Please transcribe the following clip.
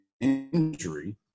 injury